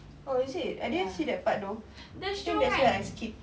oh is it I didn't see that part though I think that's where I skip